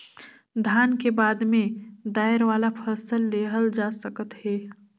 धान के बाद में दायर वाला फसल लेहल जा सकत हे